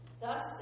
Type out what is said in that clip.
Thus